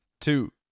two